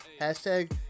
hashtag